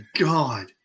God